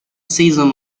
season